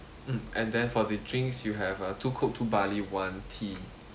mm and then for the drinks you have uh two cook two barley one tea